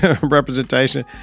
Representation